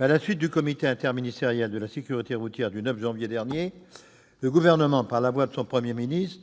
À la suite du comité interministériel de la sécurité routière du 9 janvier dernier, le Gouvernement, par la voix du Premier ministre,